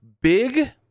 Big